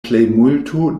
plejmulto